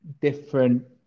different